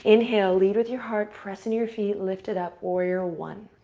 inhale. lead with your heart, pressing your feet. lift it up. warrior one.